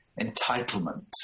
entitlement